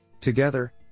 Together